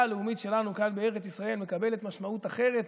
הלאומית שלנו כאן בארץ ישראל מקבל משמעות אחרת.